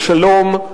לשלום,